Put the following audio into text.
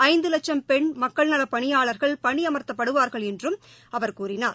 ஐந்துவட்சம் பெண் மக்கள் நலப் பணியாளா்கள் பணியம்த்தப்படுவாா்கள் என்றும் அவா் கூறினார்